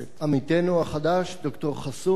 עמיתנו החדש, ד"ר חסון,